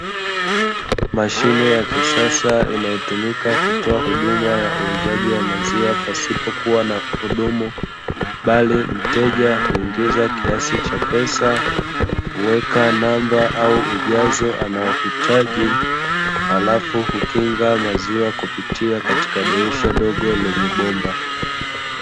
Mashine ya kisasa inayotumika kutoa huduma ya uuzaji wa maziwa pasipokuwa na mhudumu bali mteja huingiza kiasi cha pesa, huweka namba au ujazo anao uhitaji alafu hunginga maziwa kupitia dirisha dogo lenye bomba.